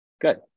Good